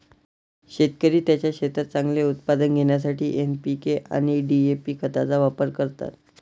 शेतकरी त्यांच्या शेतात चांगले उत्पादन घेण्यासाठी एन.पी.के आणि डी.ए.पी खतांचा वापर करतात